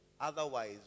Otherwise